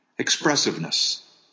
Expressiveness